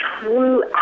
true